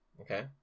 Okay